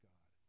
God